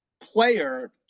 player